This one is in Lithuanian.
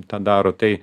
tą daro tai